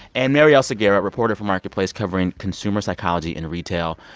and marielle segarra, reporter for marketplace covering consumer psychology and retail.